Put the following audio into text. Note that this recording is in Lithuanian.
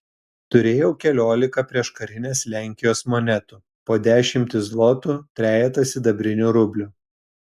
turėjau keliolika prieškarinės lenkijos monetų po dešimtį zlotų trejetą sidabrinių rublių